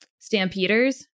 Stampeders